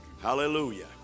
Hallelujah